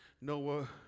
Noah